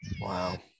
Wow